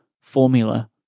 formula